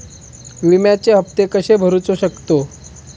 विम्याचे हप्ते कसे भरूचो शकतो?